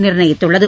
நிர்ணயித்கள்ளது